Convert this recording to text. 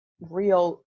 real